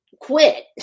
quit